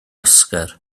oscar